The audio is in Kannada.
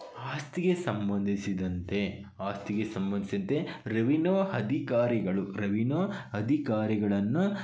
ಆಸ್ತಿಗೆ ಸಂಬಂಧಿಸಿದಂತೆ ಆಸ್ತಿಗೆ ಸಂಬಂಧಿಸಿದಂತೆ ರವಿನೋ ಅಧಿಕಾರಿಗಳು ರವಿನೋ ಅಧಿಕಾರಿಗಳನ್ನು